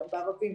גם בערבים,